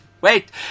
wait